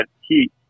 heat